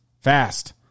fast